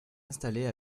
installées